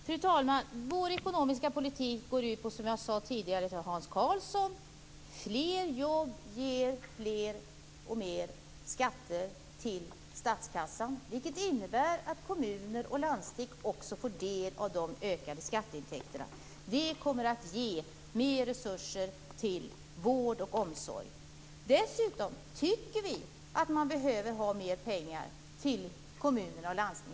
Fru talman! Vår ekonomiska politik går ut på att fler jobb ger fler och mer skatter till statskassan. Precis som jag sade till Hans Karlsson. Det innebär att kommuner och landsting får del av de ökade skatteintäkterna. Det kommer att ge nya resurser till vård och omsorg. Vi tycker att det behövs mer pengar till kommuner och landsting.